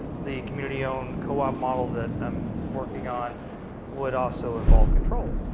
the community owned co-op model that i'm working on would also involve control.